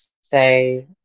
say